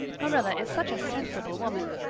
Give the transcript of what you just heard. marilla is such a sensible woman.